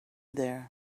there